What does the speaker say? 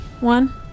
one